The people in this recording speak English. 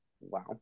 wow